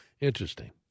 Interesting